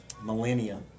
millennia